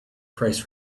price